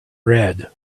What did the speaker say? red